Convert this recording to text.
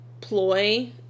ploy